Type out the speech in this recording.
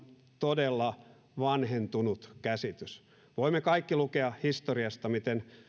todella vanhentunut käsitys voimme kaikki lukea historiasta miten